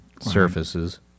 surfaces